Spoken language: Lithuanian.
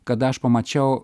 kada aš pamačiau